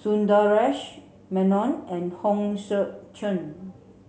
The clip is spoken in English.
Sundaresh Menon and Hong Sek Chern